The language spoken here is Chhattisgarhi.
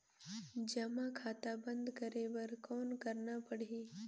जमा खाता बंद करे बर कौन करना पड़ही?